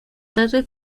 padres